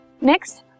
Next